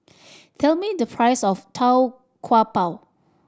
tell me the price of Tau Kwa Pau